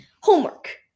Homework